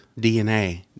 DNA